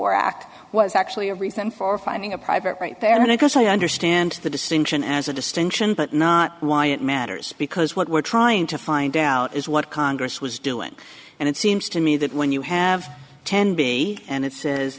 act was actually a reason for finding a private right there and of course i understand the distinction as a distinction but not why it matters because what we're trying to find out is what congress was doing and it seems to me that when you have ten b and it